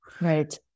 Right